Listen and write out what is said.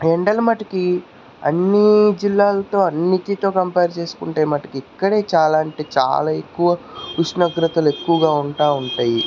ఎండలు మటికి అన్నీ జిల్లాలతో అన్నిటితో కంప్యార్ చేసుకుంటే మటుకి ఇక్కడే చాలా అంటే చాలా ఎక్కువ ఉష్ణోగ్రతలు ఎక్కువగా ఉంటా ఉంటాయి